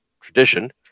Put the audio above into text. tradition